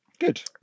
Good